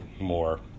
more